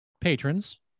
patrons